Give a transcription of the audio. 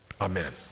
Amen